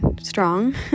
strong